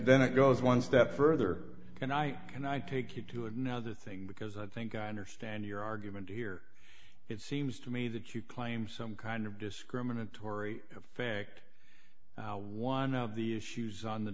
then it goes one step further can i can i take it to another thing because i think i understand your argument here it seems to me that you claim some kind of discriminatory of fact one of the issues on the